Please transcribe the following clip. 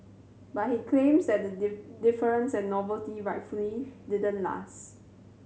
but he claims that the deference and novelty rightfully didn't last